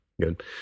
Good